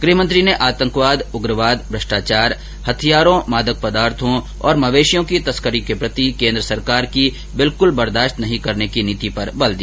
गृहमंत्री ने आतंकवाद उग्रवाद भ्रष्टाचार हथियारों मादक पदार्थो और मवेशियों की तस्करी के प्रति केन्द्र सरकार की बिलकूल बर्दाशत नहीं करने की नीति पर बल दिया